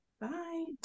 bye